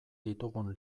ditugun